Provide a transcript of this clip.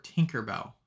Tinkerbell